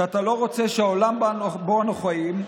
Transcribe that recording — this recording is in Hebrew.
שאתה לא רוצה שבעולם שבו אנו חיים,